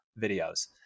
videos